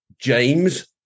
James